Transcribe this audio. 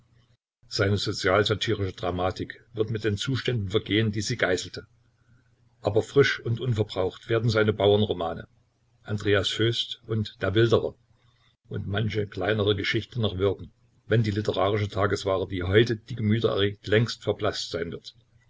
seine sozialsatirische dramatik wird mit den zuständen vergehen die sie geißelte aber frisch und unverbraucht werden seine bauernromane andreas vöst und der wilderer und manche kleinere geschichten noch wirken wenn die literarische tagesware die heute die gemüter erregt längst verblaßt sein wird